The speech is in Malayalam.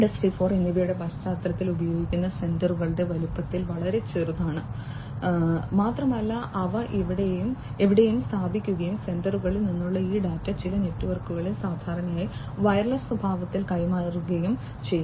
0 എന്നിവയുടെ പശ്ചാത്തലത്തിൽ ഉപയോഗിക്കുന്ന സെൻസറുകൾ വലുപ്പത്തിൽ വളരെ ചെറുതാണ് മാത്രമല്ല അവ എവിടെയും സ്ഥാപിക്കുകയും സെൻസറുകളിൽ നിന്നുള്ള ഈ ഡാറ്റ ചില നെറ്റ്വർക്കുകളിൽ സാധാരണയായി വയർലെസ് സ്വഭാവത്തിൽ കൈമാറുകയും ചെയ്യാം